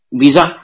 visa